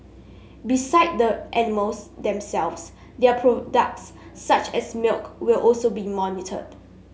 beside the animals themselves their products such as milk will also be monitored